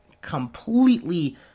Completely